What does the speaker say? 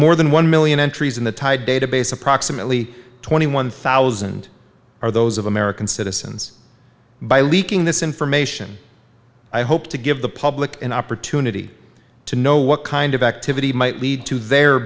more than one million entries in the tide database approximately twenty one thousand are those of american citizens by leaking this information i hope to give the public an opportunity to know what kind of activity might lead to the